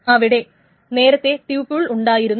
അവിടെ നേരത്തെ ട്യൂപിൾ ഉണ്ടായിരുന്നില്ല